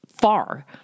far